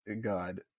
God